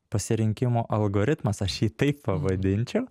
pasirinkimo algoritmas aš jį taip pavadinčiau